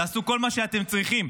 תעשו כל מה שאתם צריכים,